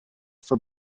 for